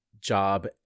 job